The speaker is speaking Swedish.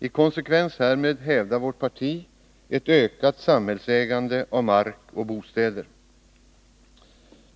I konsekvens härmed hävdar vårt parti ett ökat samhällsägande av mark och bostäder.